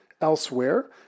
elsewhere